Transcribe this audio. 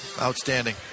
Outstanding